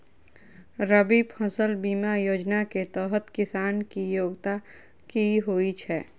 रबी फसल बीमा योजना केँ तहत किसान की योग्यता की होइ छै?